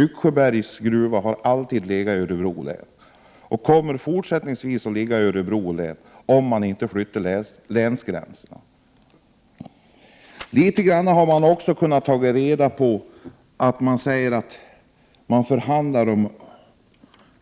Yxsjöbergs gruva har alltid legat i Örebro län, och den kommer även fortsättningsvis att ligga i Örebro län, om man inte ändrar länsgränserna. Utskottet säger också att det pågår förhandlingar om